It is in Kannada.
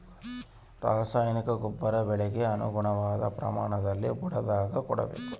ರಾಸಾಯನಿಕ ಗೊಬ್ಬರ ಬೆಳೆಗೆ ಅನುಗುಣವಾದ ಪ್ರಮಾಣದಲ್ಲಿ ಬುಡದಾಗ ಕೊಡಬೇಕು